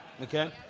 Okay